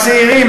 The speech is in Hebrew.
בצעירים,